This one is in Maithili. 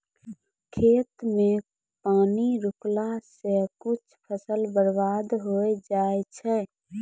खेत मे पानी रुकला से कुछ फसल बर्बाद होय जाय छै